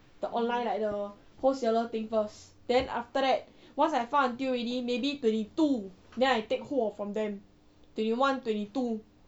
the online like the wholesaler thing first then after that once I find until already maybe twenty two then I take 货 from them